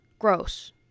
gross